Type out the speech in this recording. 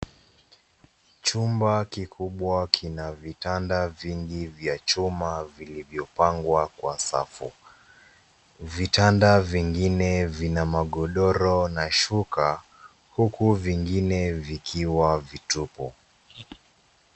Chumba kikubwa kina vitanda vingi vya chuma vilivyopangwa kwa safu, vitanda vingine vina magodoro na shuka huku vingine vikiwa vitupu.